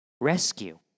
rescue